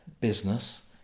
business